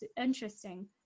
interesting